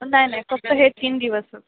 नाही नाही फक्त हे तीन दिवसच